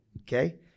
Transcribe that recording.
Okay